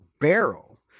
barrel